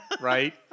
Right